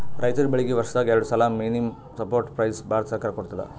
ರೈತರ್ ಬೆಳೀಗಿ ವರ್ಷದಾಗ್ ಎರಡು ಸಲಾ ಮಿನಿಮಂ ಸಪೋರ್ಟ್ ಪ್ರೈಸ್ ಭಾರತ ಸರ್ಕಾರ ಕೊಡ್ತದ